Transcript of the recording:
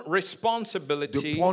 responsibility